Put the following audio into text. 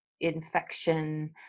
infection